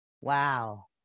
wow